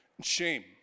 Shame